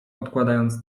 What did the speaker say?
odkładając